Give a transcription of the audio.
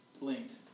linked